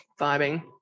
vibing